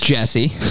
Jesse